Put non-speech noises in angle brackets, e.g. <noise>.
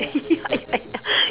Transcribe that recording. <laughs>